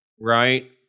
right